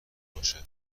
باشه